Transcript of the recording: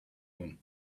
him